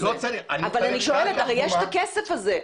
אז אני שואלת יש הכסף הזה.